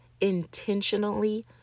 intentionally